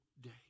day